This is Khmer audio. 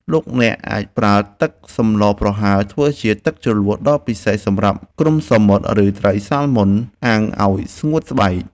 លោកអ្នកអាចប្រើទឹកសម្លប្រហើរធ្វើជាទឹកជ្រលក់ដ៏ពិសេសសម្រាប់គ្រំសមុទ្រឬត្រីសាម៉ុនអាំងឱ្យស្រួយស្បែក។